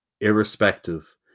irrespective